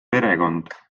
perekond